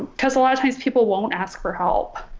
because a lot of these people won't ask for help.